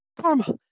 Karma